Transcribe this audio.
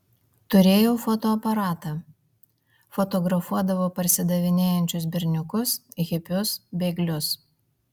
turėjau fotoaparatą fotografuodavau parsidavinėjančius berniukus hipius bėglius